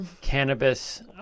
cannabis